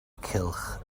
cylch